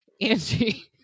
Angie